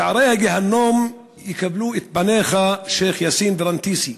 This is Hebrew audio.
בשערי הגיהינום יקבלו את פניך שיח' יאסין ורנתיסי.